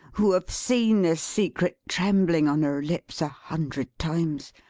who have seen the secret trembling on her lips a hundred times,